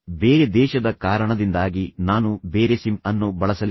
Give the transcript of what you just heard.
ಬೇರೆ ದೇಶದ ಕಾರಣದಿಂದಾಗಿ ನಾನು ಬೇರೆ ಸಿಮ್ ಅನ್ನು ಬಳಸಲಿಲ್ಲ